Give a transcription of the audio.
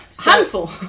Handful